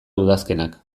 udazkenak